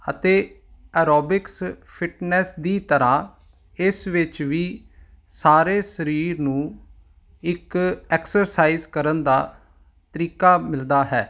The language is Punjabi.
ਅਤੇ ਐਰੋਬਿਕਸ ਫਿਟਨੈਸ ਦੀ ਤਰ੍ਹਾਂ ਇਸ ਵਿੱਚ ਵੀ ਸਾਰੇ ਸਰੀਰ ਨੂੰ ਇੱਕ ਐਕਸਰਸਾਈਜ਼ ਕਰਨ ਦਾ ਤਰੀਕਾ ਮਿਲਦਾ ਹੈ